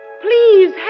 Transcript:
Please